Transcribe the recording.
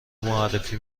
معرفی